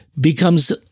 becomes